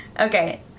Okay